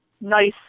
nice